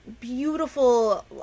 beautiful